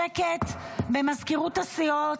שקט במזכירות הסיעות.